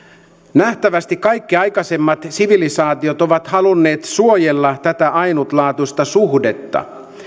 nähtävästi kaikki aikaisemmat sivilisaatiot ovat halunneet suojella tätä ainutlaatuista suhdetta